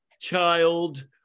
child